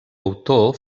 autor